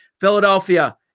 Philadelphia